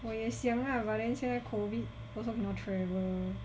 我也想 ah but then 现在 COVID also cannot travel